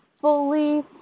fully